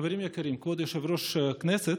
חברים יקרים, כבוד יושב-ראש הכנסת,